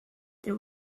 there